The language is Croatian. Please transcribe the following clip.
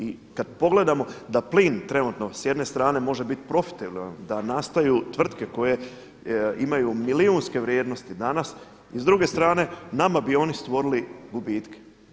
I kada pogledamo da plin trenutno s jedne strane može biti profitabilan da nastanu tvrtke koje imaju milijunske vrijednosti danas i s druge strane nama bi oni stvorili gubitke.